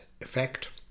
Effect